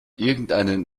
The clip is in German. irgendeinen